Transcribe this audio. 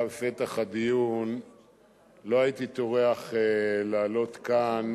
בפתח הדיון לא הייתי טורח לעלות לכאן